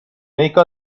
make